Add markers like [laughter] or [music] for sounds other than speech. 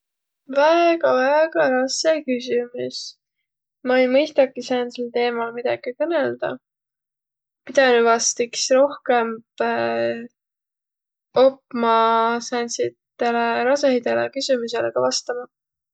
Väega väega rasse küsümüs. Ma ei mõistaki säändsel teemal midägi kõnõldaq. Pidänüq vast iks rohkõmb [hesitation] opma säändsidele rasõhidõlõ küsümüisile kah vastama.